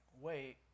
wait